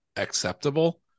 acceptable